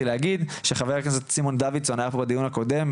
להגיד שחבר הכנסת סימון דוידסון היה פה בדיון הקודם,